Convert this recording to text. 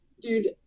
dude